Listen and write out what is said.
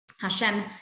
Hashem